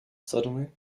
suddenly